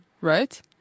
right